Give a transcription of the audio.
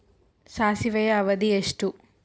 ಸಾಸಿವೆಯ ಅವಧಿ ಎಷ್ಟು?